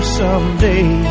someday